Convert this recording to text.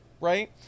right